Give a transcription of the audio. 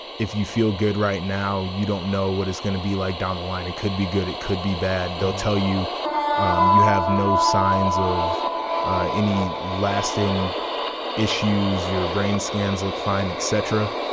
if you feel good right now you don't know what it's gonna be like down the line it could be good it could be bad. they'll tell you um you have no signs of any lasting issues your brain scans look fine etc.